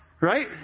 Right